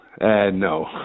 No